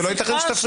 אני אגיע גם לזה.